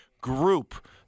group